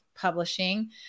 publishing